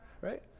right